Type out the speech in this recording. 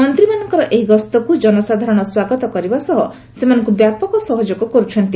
ମନ୍ତ୍ରୀମାନଙ୍କର ଏହି ଗସ୍ତକୁ ଜନସାଧାରଣ ସ୍ପାଗତ କରିବା ସହ ସେମାନଙ୍କୁ ବ୍ୟାପକ ସହଯୋଗ କରୁଛନ୍ତି